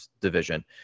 division